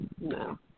no